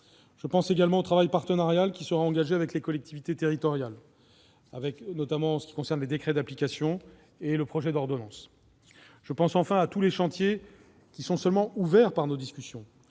Je pense également au travail partenarial qui sera engagé avec les collectivités territoriales, notamment sur les décrets d'application et le projet d'ordonnance. Je pense aussi à tous les chantiers que nos discussions